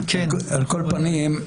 על כל פנים,